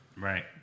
Right